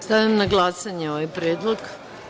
Stavljam na glasanje ovaj predlog.